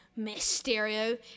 Mysterio